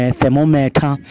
thermometer